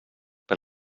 per